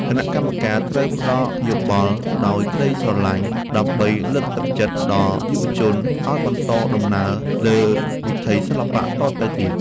គណៈកម្មការត្រូវផ្ដល់យោបល់ដោយក្ដីស្រឡាញ់ ដើម្បី លើកទឹកចិត្តដល់យុវជនឱ្យបន្តដំណើរលើវិថីសិល្បៈតទៅទៀត។